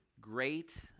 great